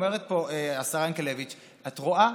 אומרת פה השרה ינקלביץ' את רואה,